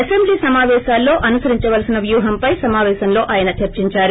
assembly సమాపేశాల్లో అనుసరించాల్సిన వ్యూహంపై సమాపేశంలో ఆయన చర్చించారు